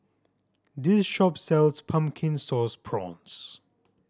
this shop sells Pumpkin Sauce Prawns